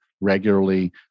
regularly